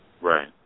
Right